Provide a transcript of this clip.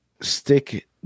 stick